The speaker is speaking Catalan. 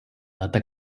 data